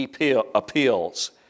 appeals